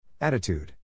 Attitude